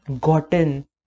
gotten